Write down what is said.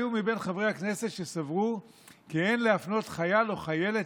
היו מבין חברי הכנסת שסברו כי אין להפנות חייל או חיילת